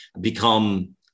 become